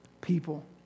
people